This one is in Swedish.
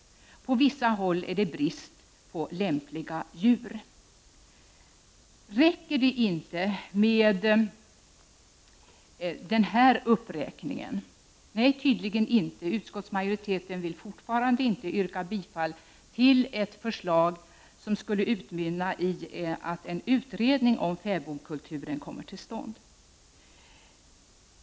— På vissa håll är det brist på lämpliga djur. Räcker det inte med denna uppräkning? Nej, tydligen inte. Utskottsmajoriteten vill fortfarande inte tillstyrka ett förslag, som skulle utmynna i att en utredning om fäbodkulturen kommer till stånd.